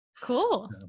Cool